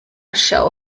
schau